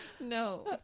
No